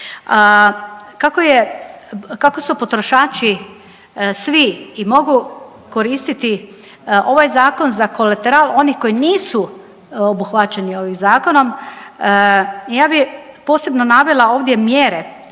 Kako su potrošači svi i mogu koristiti ovaj zakon za kolateral oni koji nisu obuhvaćeni ovim zakonom ja bi posebno navela ovdje mjere